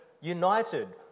united